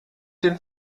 den